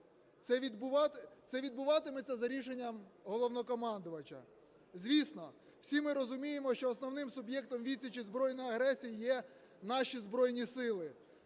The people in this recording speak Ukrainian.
Це відбуватиметься за рішенням Головнокомандувача. Звісно, всі ми розуміємо, що основним суб'єктом відсічі збройної агресії є наші Збройні Сили,